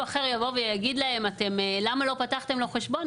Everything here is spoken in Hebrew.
אחר יבוא ויגיד להם למה לא פתחתם לו חשבון?